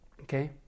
Okay